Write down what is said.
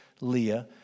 Leah